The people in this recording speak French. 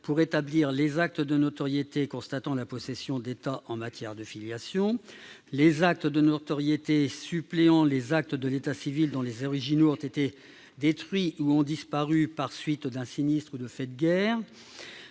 s'agissant des actes de notoriété constatant la possession d'état en matière de filiation, ainsi que des actes de notoriété suppléant les actes de l'état civil dont les originaux ont été détruits ou ont disparu par la suite d'un sinistre ou de faits de guerre.